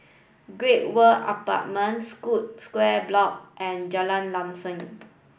Great World Apartments Scotts School Square Block and Jalan Lam Sam